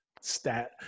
Stat